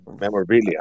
memorabilia